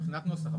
מבחינת נוסח,